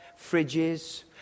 fridges